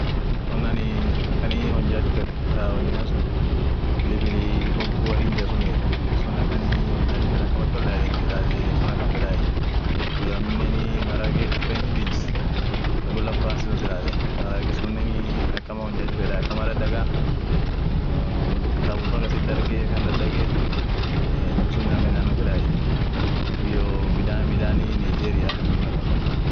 wonisun gagaramuu daab yote ishian kurum dumieten won hamtun bare sun hinjirtu yote ishian woni ishian testi ishian akum toko dumii tofauti gudionen hinkabdu amo tuunint ir chole ta fine solti sun, ishin sunii kulkuloa won biriinine hinkabdu